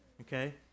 okay